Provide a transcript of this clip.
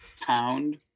Pound